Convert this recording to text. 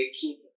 keep